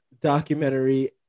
Documentary